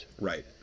Right